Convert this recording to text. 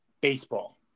baseball